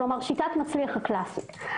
כלומר שיטת מצליח הקלאסית.